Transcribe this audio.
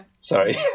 Sorry